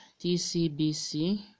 tcbc